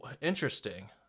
Interesting